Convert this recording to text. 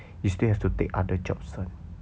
you still have to take other jobs [one]